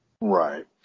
Right